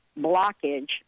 blockage